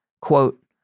Quote